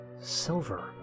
silver